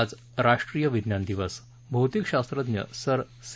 आज राष्ट्रीय विज्ञान दिवस भौतिकशास्त्रज्ञ सर सी